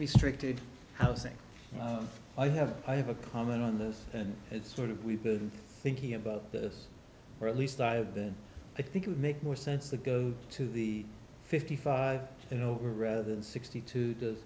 restricted housing i have i have a comment on this and it's sort of we've been thinking about this for at least i think it would make more sense to go to the fifty five you know rather than sixty two does